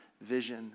vision